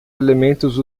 elementos